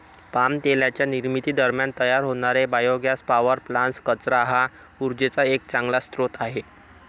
palm तेलाच्या निर्मिती दरम्यान तयार होणारे बायोगॅस पॉवर प्लांट्स, कचरा हा उर्जेचा एक चांगला स्रोत आहे